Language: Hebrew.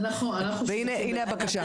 הנה הבקשה.